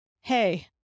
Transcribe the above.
hey